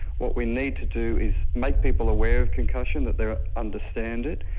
what we need to do is make people aware of concussion, that they understand it.